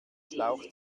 schlauch